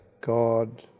God